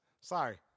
Sorry